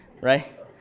right